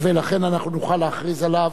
ולכן אנחנו נוכל להכריז עליו,